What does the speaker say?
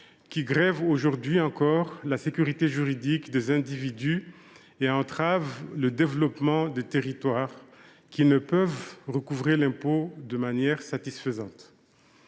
grève, aujourd’hui encore, la sécurité juridique des individus et entrave le développement des collectivités territoriales, qui ne peuvent recouvrer l’impôt de manière satisfaisante.